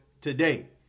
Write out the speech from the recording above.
today